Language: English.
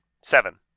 Seven